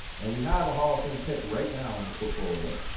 and we have a hall of fame pick right now in the portfolio.